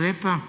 lepa.